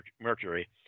Mercury